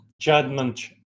judgment